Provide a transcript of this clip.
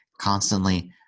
constantly